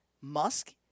Musk